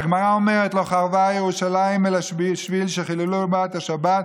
והגמרא אומרת: "לא חרבה ירושלים אלא בשביל שחיללו בה את השבת",